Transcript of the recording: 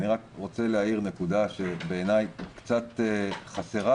אני רוצה להאיר נקודה שבעיניי קצת חסרה.